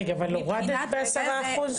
רגע, אבל הורדת בעשרה אחוז?